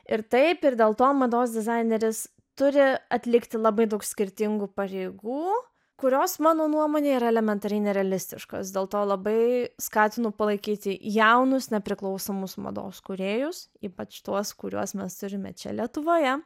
ir taip ir dėl to mados dizaineris turi atlikti labai daug skirtingų pareigų kurios mano nuomone yra elementariai nerealistiškos dėl to labai skatinu palaikyti jaunus nepriklausomus mados kūrėjus ypač tuos kuriuos mes turime čia lietuvoje